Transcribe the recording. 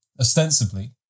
ostensibly